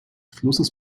flusses